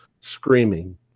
screaming